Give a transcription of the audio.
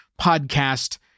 podcast